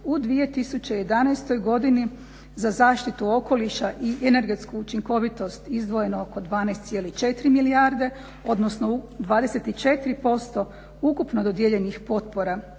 u 2011.godini za zaštitu okoliša i energetsku učinkovitost izdvojeno oko 12,4 milijardi odnosno 24% ukupno dodijeljenih potpora